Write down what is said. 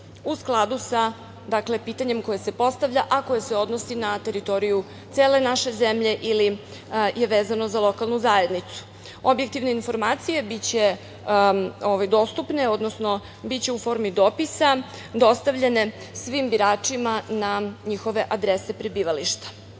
u skladu sa pitanjem koje se postavlja, a koje se odnosi na teritoriju cele naše zemlje ili je vezano za lokalnu zajednicu. Objektivne informacije biće dostupne, odnosno biće u formi dopisa, dostavljene svim biračima na njihove adrese prebivališta. Dalje,